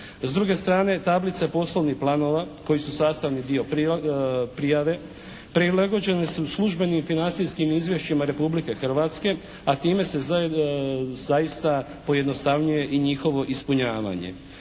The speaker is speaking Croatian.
S druge strane tablice poslovnih planova koji su sastavni dio prijave prilagođeni su službenim i financijskim izvješćima Republike Hrvatske, a time se zaista pojednostavljuje i njihovo ispunjavanje.